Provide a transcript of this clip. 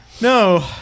No